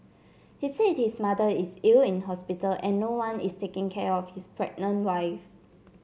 he said his mother is ill in hospital and no one is taking care of his pregnant wife